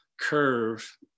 curve